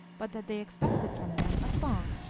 but that they expected from them a song.